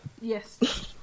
Yes